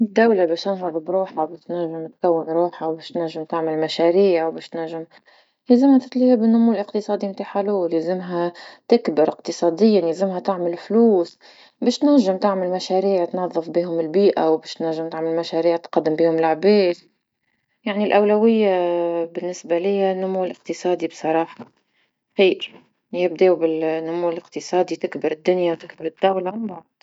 الدولة باش تنهض بروحها باش تنجم تكون روحها باش تنجم تعمل مشاريع وباش تنجم يلزمها تتلها بنمو الإقتصادي تع حلول يلزمها تكبر إقتصاديا يلزملها تعمل فلوس باش تنجم تعمل مشاريع تنظف بهم البيئة وباش تنجم مشاريع تقدم بهم العباد، يعني الأولوية بالنسبة ليا النمو الاقتصادي بصراحة خير يبدا بالنمو الاقتصادي تكبر الدنيا وتكبر الدولة.